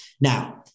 Now